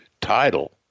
title